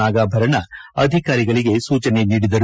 ನಾಗಾಭರಣ ಅಧಿಕಾರಿಗಳಿಗೆ ಸೂಚನೆ ನೀಡಿದರು